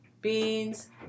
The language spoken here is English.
beans